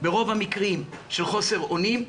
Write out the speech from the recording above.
ברוב המקרים של חוסר אונים,